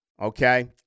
Okay